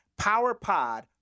PowerPod